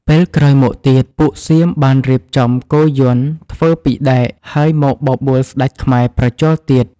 ពេលក្រោយមកទៀត ពួកសៀមបានរៀបចំគោយន្ដធ្វើពីដែកហើយមកបបួលស្ដេចខ្មែរប្រជល់ទៀត។